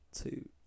two